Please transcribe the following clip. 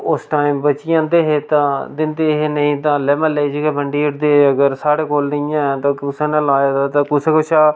उस टाईम बची जंदे हे तां दिंदे हे नेईं तां हल्लै म्ह्ल्लै च गै बंडी ओड़दे हे अगर साढ़ै कोल नेईं है ते अगर कुसै ने लाए दा ता कुसै कशा